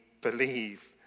believe